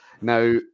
Now